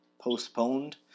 Postponed